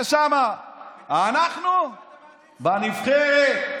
אנחנו בנבחרת,